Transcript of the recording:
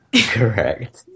correct